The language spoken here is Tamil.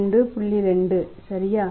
2 சரியா